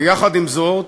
יחד עם זאת,